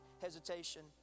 hesitation